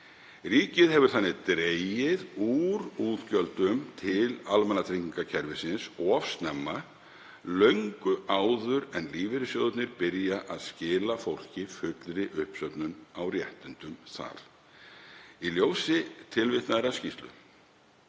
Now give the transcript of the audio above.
Ríkið hefur þannig dregið úr útgjöldum til almannatryggingakerfisins of snemma, löngu áður en lífeyrissjóðirnir byrja að skila fólki fullri uppsöfnun á réttindum þar. Í ljósi tilvitnaðrar skýrslu